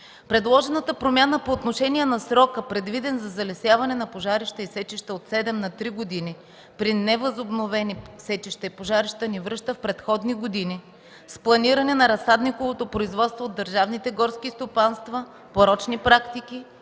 Предложената промяна по отношение на срока, предвиден за залесяване на пожарища и сечища от седем на три години – при невъзобновени сечища и пожарища, ни връща в предходни години с планиране на разсадниковото производство от държавните горски